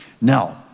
Now